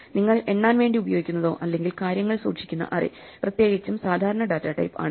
നിങ്ങൾ എണ്ണാൻ വേണ്ടി ഉപയോഗിക്കുന്നതോ അല്ലെങ്കിൽ കാര്യങ്ങൾ സൂക്ഷിക്കുന്ന അറേ പ്രത്യേകിച്ചും സാധാരണ ഡാറ്റ ടൈപ്പ് ആണ്